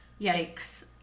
Yikes